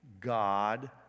God